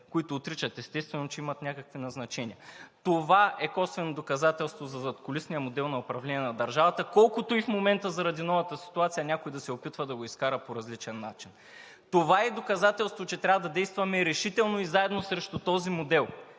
които отричат. Естествено е, че имат някакви назначения. Това е косвено доказателство за задкулисния модел на управление на държавата, колкото и в момента заради новата ситуация някой да се опитва да го изкара по различен начин. Това е доказателство, че трябва да действаме решително и заедно срещу този модел,